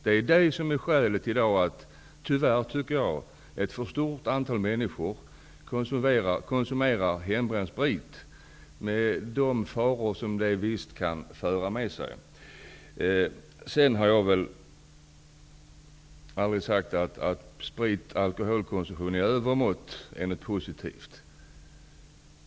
Det är det som är skälet till att ett för stort antal människor i dag, tyvärr, konsumerar hembränd sprit -- med de faror som det för med sig. Jag har aldrig sagt att sprit och alkoholkonsumtion i övermått är något positivt.